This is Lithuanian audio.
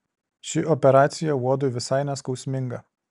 ši operacija uodui visai neskausminga